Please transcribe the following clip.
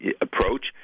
approach